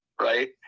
right